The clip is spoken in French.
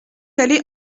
aller